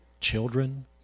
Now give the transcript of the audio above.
children